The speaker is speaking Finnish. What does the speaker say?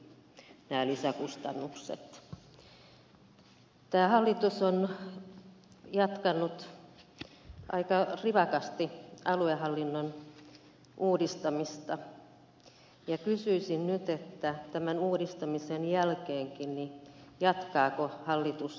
tämä hallitus on jatkanut aika rivakasti aluehallinnon uudistamista ja kysyisin nyt jatkaako hallitus alueellistamispolitiikkaansa tämän uudistamisen jälkeenkin